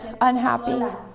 unhappy